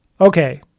Okay